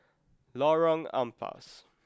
Lorong Ampas